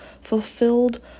fulfilled